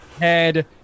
Head